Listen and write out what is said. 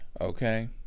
okay